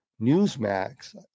Newsmax